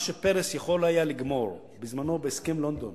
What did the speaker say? מה שפרס יכול היה לגמור בזמנו בהסכם לונדון,